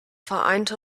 vereinte